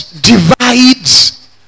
divides